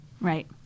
Right